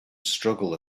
struggle